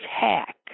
hack